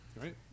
Right